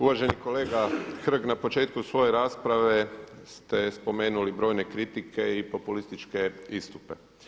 Uvaženi kolega Hrg na početku svoje rasprave ste spomenuli brojne kritike i populističke istupe.